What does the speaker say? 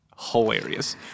hilarious